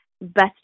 best